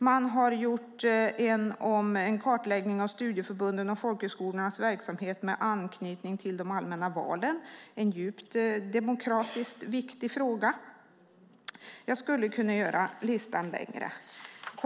Man har gjort en kartläggning av studieförbundens och folkhögskolornas verksamhet med anknytning till de allmänna valen, en djupt viktig demokratisk fråga. Jag skulle kunna göra listan längre.